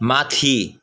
माथि